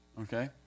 okay